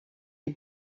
die